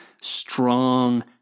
strong